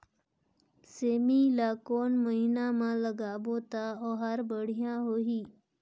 सेमी ला कोन महीना मा लगाबो ता ओहार बढ़िया होही?